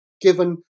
given